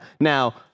Now